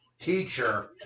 teacher